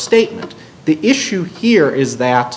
statement the issue here is that